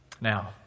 Now